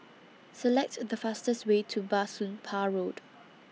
Select The fastest Way to Bah Soon Pah Road